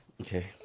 Okay